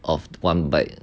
of one bite